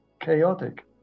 chaotic